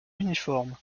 uniforme